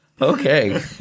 Okay